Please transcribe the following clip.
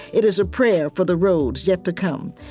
it is a prayer, for the roads yet to come,